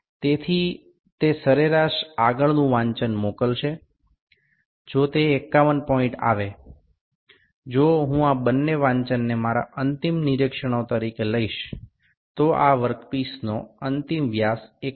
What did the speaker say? તેથી તે સરેરાશ આગળનું વાંચન મોકલશે જો તે 51 પોઇન્ટ આવે જો હું આ બંને વાંચનને મારા અંતિમ નિરીક્ષણો તરીકે લઈશ તો આ વર્કપીસનો અંતિમ વ્યાસ 51